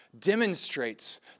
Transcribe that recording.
demonstrates